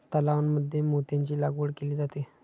तलावांमध्ये मोत्यांची लागवड केली जाते